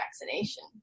vaccination